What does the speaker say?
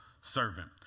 servant